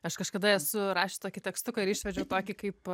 aš kažkada esu rašius tokį tekstuką ir išvedžiau tokį kaip